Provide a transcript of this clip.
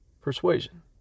persuasion